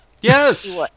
Yes